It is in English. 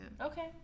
Okay